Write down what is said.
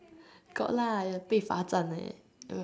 got lah ya 被罚站 eh